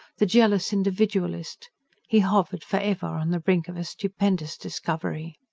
the jealous individualist he hovered for ever on the brink of a stupendous discovery.